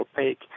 opaque